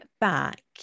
back